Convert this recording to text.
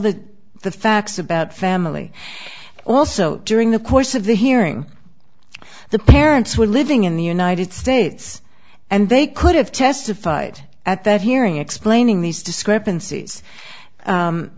the facts about family also during the course of the hearing the parents were living in the united states and they could have testified at that hearing explaining these discrepanc